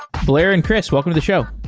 blair and chris, welcome to the show